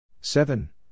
Seven